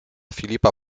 filipa